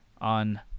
on